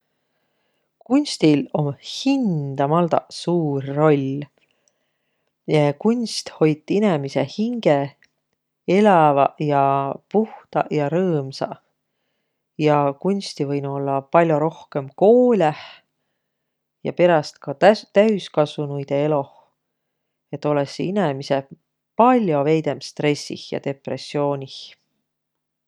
Kunstil om hindamaldaq suur roll. Ja kunst hoit inemise hinge eläväq ja puhtaq ja rõõmsaq. Ja kunsti võinuq ollaq pall'o rohkõmb kooleh ja peräst ka tä- täüskasunuidõ eloh. Et olõssiq inemiseq pall'o veidemb stressih ja depressioonih.